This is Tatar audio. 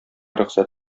рөхсәт